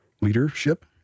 leadership